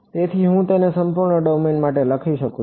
તેથી હું તેને સંપૂર્ણ ડોમેન માટે લખી શકું છું